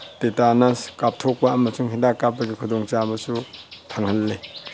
tetanus ꯀꯥꯞꯊꯣꯛꯄ ꯑꯃꯁꯨꯡ ꯍꯤꯗꯥꯛ ꯀꯥꯞꯄꯒꯤ ꯈꯨꯗꯣꯡꯆꯥꯕꯁꯨ ꯐꯪꯍꯜꯂꯤ